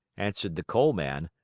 answered the coal man.